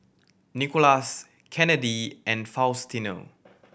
Nikolas Kennedi and Faustino